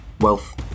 wealth